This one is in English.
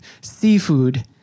seafood